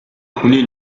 хүний